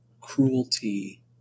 cruelty